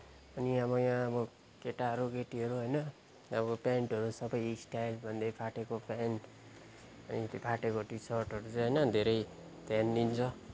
अनि अब यहाँ अब केटाहरू केटीहरू होइन अब पेन्टहरू सबै स्टाइल भन्दै फाटेको पेन्ट अनि त्यो फाटेको टी सर्टहरू चाहिँ होइन धेरै ध्यान दिन्छ